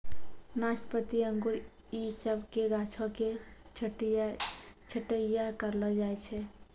नाशपाती अंगूर इ सभ के गाछो के छट्टैय्या करलो जाय छै